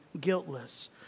guiltless